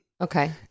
Okay